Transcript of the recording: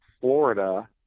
Florida